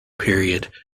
period